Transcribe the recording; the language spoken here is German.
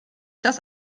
dass